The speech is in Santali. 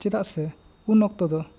ᱪᱮᱫᱟᱜ ᱥᱮ ᱩᱱ ᱚᱠᱛᱚ ᱫᱚ